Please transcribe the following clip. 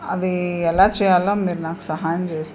అది ఎలా చేయాలో మీరు నాకు సహాయం చేస్తే